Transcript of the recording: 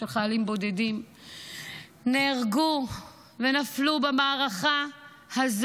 של חיילים בודדים נהרגו ונפלו במערכה הקשה